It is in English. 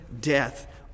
death